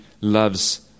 loves